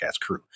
crew